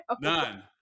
None